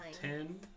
Ten